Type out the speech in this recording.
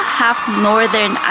half-Northern